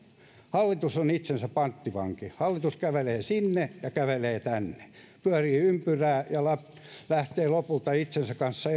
hallitus on itsensä panttivanki hallitus kävelee sinne ja kävelee tänne pyörii ympyrää ja lähtee lopulta itsensä kanssa